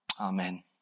Amen